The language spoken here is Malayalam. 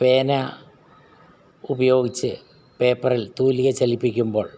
പേന ഉപയോഗിച്ച് പേപ്പറിൽ തൂലിക ചലിപ്പിക്കുമ്പോൾ